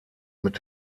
mit